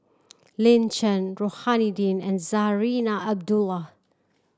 Lin Chen Rohani Din and Zarinah Abdullah